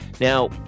Now